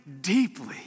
deeply